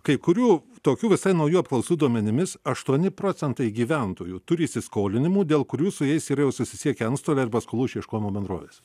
kai kurių tokių visai naujų apklausų duomenimis aštuoni procentai gyventojų turi įsiskolinimų dėl kurių su jais ir jau susisiekė antstoliai ar paskolų išieškojimo bendrovės